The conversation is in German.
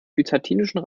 byzantinischen